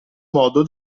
modo